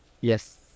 Yes